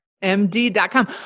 MD.com